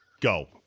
Go